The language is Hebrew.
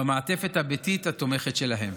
במעטפת הביתית התומכת שלהם.